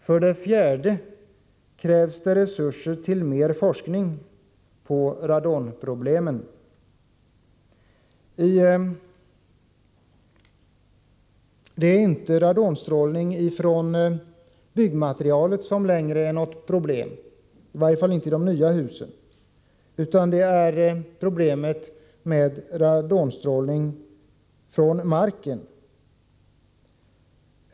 För det fjärde krävs resurser till mer forskning beträffande radonproblemet. Radonutstrålning från byggmaterialet är inte längre något problem, i varje fall inte i de nya husen, utan det är problemet med radonstrålning från marken.